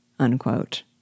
unquote